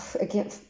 again